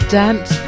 dance